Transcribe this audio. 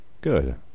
Good